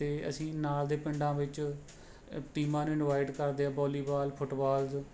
ਅਤੇ ਅਸੀਂ ਨਾਲ਼ ਦੇ ਪਿੰਡਾਂ ਵਿੱਚ ਟੀਮਾਂ ਨੂੰ ਇਨਵਾਈਟ ਕਰਦੇ ਹੈ ਵੋਲੀਵਾਲ ਫੁੱਟਵਾਲ 'ਚ